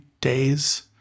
days